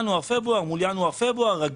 ינואר-פברואר מול ינואר-פברואר.